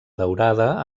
daurada